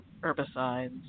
herbicides